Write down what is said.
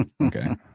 Okay